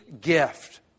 gift